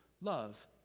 love